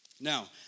Now